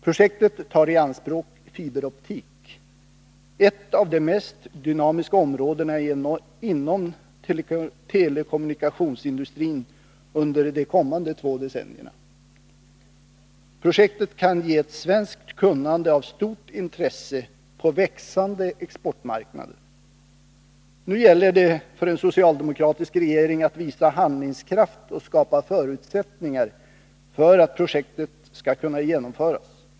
Projektet tar i anspråk fiberoptik, ett av de mest dynamiska områdena inom telekommunikationsindustrin under de kommande två decennierna. Projektet kan ge ett svenskt kunnande av stort intresse på växande exportmarknader. Nu gäller det för en socialdemokratisk regering att visa handlingskraft och skapa förutsättningar för att projektet skall kunna genomföras.